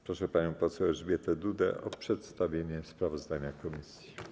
Proszę panią poseł Elżbietę Dudę o przedstawienie sprawozdania komisji.